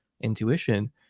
intuition